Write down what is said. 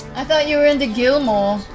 i thought you were into gilmore,